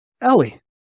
Ellie